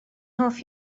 hoff